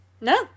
No